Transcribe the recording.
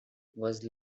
was